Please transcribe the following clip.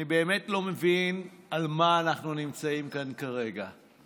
אני באמת לא מבין על מה אנחנו נמצאים כאן כרגע.